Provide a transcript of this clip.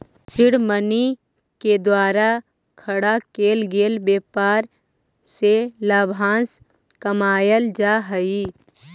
seed money के द्वारा खड़ा केल गेल व्यापार से लाभांश कमाएल जा हई